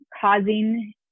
causing